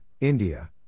India